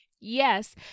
Yes